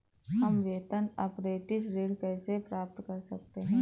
हम वेतन अपरेंटिस ऋण कैसे प्राप्त कर सकते हैं?